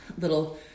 little